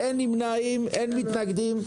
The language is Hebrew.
אין נמנעים, אין מתנגדים.